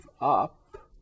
up